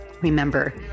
Remember